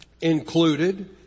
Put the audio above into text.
included